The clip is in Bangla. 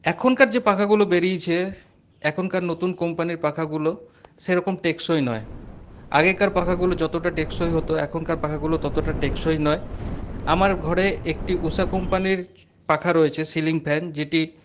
এখনকার যে পাখাগুলো বেরিয়েছে এখনকার নতুন কোম্পানির পাখাগুলো সেরকম টেঁকসই নয় আগেকার পাখাগুলো যতটা টেঁকসই হত এখনকার পাখাগুলো ততটা টেঁকসই নয় আমার ঘরে একটি ঊষা কোম্পানির পাখা রয়েছে সিলিং ফ্যান যেটি